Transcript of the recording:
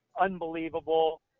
unbelievable